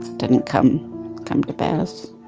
didn't come come to pass